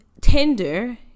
tinder